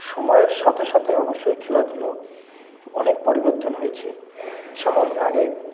সময়ের সাথে সাথে অবশ্যই খেলাধুলো অনেক পরিবর্তন হয়েছে যেমন আগে